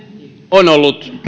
on ollut